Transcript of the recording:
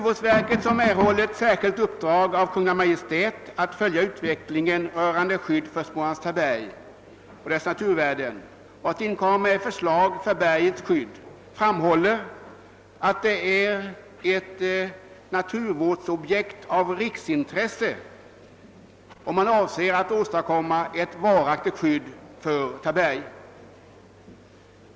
Verket, som erhållit särskilt uppdrag av Kungl. Maj:t att följa utvecklingen rörande skydd för Smålands Tabergs naturvärden och inkomma med förslag till bergets skydd, framhåller att detta är ett naturvårdsobjekt av riksintresse och avser att åstadkomma ett varaktigt skydd för Taberg.